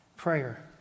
prayer